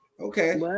Okay